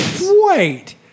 Wait